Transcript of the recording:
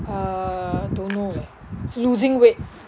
uh don't know leh losing weight